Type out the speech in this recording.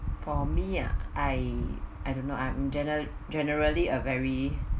for me ah I I don't know I'm general generally a very